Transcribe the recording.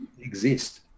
exist